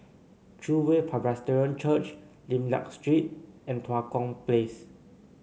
True Way Presbyterian Church Lim Liak Street and Tua Kong Place